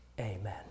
Amen